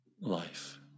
life